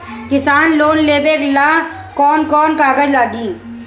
किसान लोन लेबे ला कौन कौन कागज लागि?